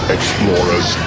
Explorers